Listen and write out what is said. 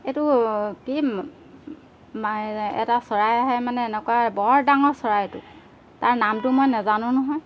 এইটো কি এটা চৰাই আহে মানে এনেকুৱা বৰ ডাঙৰ চৰাই এইটো তাৰ নামটো মই নাজানো নহয়